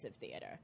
theater